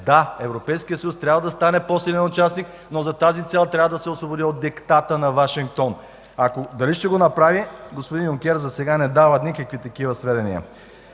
„Да, Европейският съюз трябва да стане по-силен участник, но за тази цел трябва да се освободи от диктата на Вашингтон”. А дали ще го направи? Господин Юнкер засега не дава никакви такива сведения.